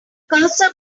cursor